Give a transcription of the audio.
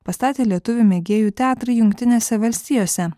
pastatė lietuvių mėgėjų teatrai jungtinėse valstijose